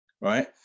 right